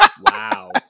Wow